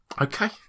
Okay